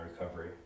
recovery